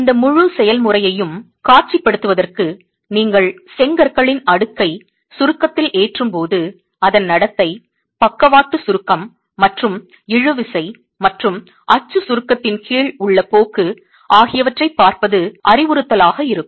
இந்த முழு செயல்முறையையும் காட்சிப்படுத்துவதற்கு நீங்கள் செங்கற்களின் அடுக்கை சுருக்கத்தில் ஏற்றும்போது அதன் நடத்தை பக்கவாட்டு சுருக்கம் மற்றும் இழுவிசை மற்றும் அச்சு சுருக்கத்தின் கீழ் உள்ள போக்கு ஆகியவற்றைப் பார்ப்பது அறிவுறுத்தலாக இருக்கும்